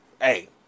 hey